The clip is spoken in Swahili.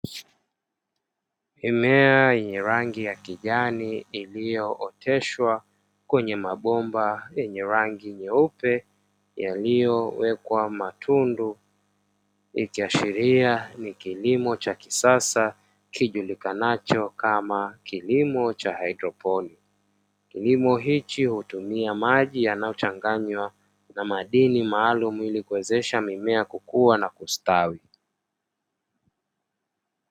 Mimea yenye rangi ya kijani iliyooteshwa kwenye mabomba yenye rangi nyeupe, yaliyowekwa matundu ikiashiria ni kilimo cha kisasa kijulikanacho kama kilimo cha haidroponi. Kilimo hichi hutumia maji yanayochanganywa na madini maalum ili kuwezesha mimea kukuwa na kustawi.